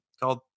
called